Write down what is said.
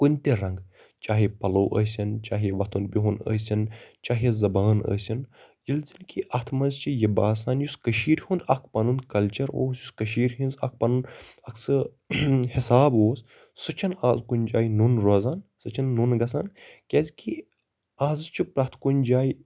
کُنہِ تہِ رنگہٕ چاہے پَلو آسن چاہے وۄتھُن بہُن ٲسِن چاہے زَبان ٲسِن ییٚلہِ زَن کہِ اَتھ منٛز چھِ یہِ باسان یُس کشیٖر ہُنٛد اَکھ پَنُن کَلچر اوس یُس کشیٖر ہِنٛز اَکھ پَنُن اَکھ سُہ حِساب اوس سُہ چھِ نہٕ آزٕ کُنہِ جایہِ نوٚن روزان سُہ چھِ نہٕ نوٚن گَژھان کیازِ کہِ آزٕ چھُ پرٛٮ۪تھ کُنہِ جایہِ